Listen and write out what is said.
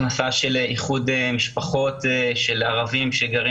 הכנסה של איחוד משפחות של ערבים שגרים